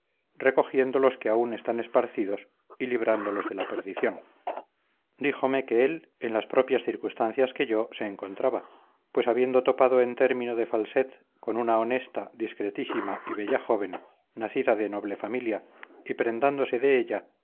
recogiendo los que aún están esparcidos y librándolos de la perdición díjome que él en las propias circunstancias que yo se encontraba pues habiendo topado en término de falset con una honesta discretísima y bella joven nacida de noble familia y prendándose de ella